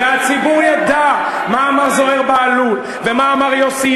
והציבור ידע מה אמר זוהיר בהלול ומה אמר יוסי